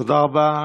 תודה רבה,